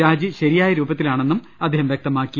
രാജി ശരിയായ രൂപത്തിലാണെന്നും അദ്ദേഹം വ്യക്തമാക്കി